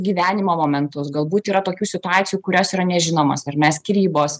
gyvenimo momentus galbūt yra tokių situacijų kurios yra nežinomos ar ne skyrybos